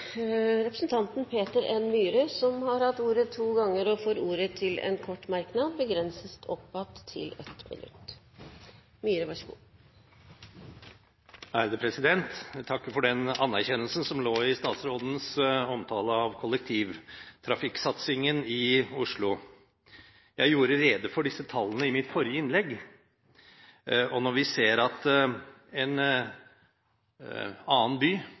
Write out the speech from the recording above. Peter N. Myhre har hatt ordet to ganger og får ordet til en kort merknad, begrenset til 1 minutt. Jeg takker for den anerkjennelsen som lå i statsrådens omtale av kollektivtrafikksatsingen i Oslo. Jeg gjorde rede for disse tallene i mitt forrige innlegg. Når vi ser at en annen by,